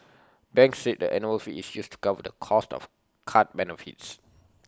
banks said the annual fee is used to cover the cost of card benefits